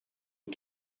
aux